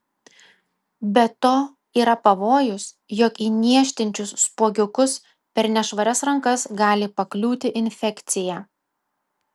be to yra pavojus jog į niežtinčius spuogiukus per nešvarias rankas gali pakliūti infekcija